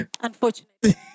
Unfortunately